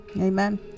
Amen